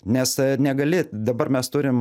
nes negali dabar mes turim